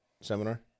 seminar